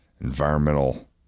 environmental